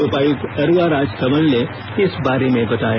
उपायुक्त अरवा राजकमल ने इस बारे में बताया